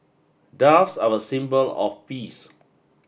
doves are a symbol of peace